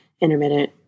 intermittent